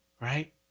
right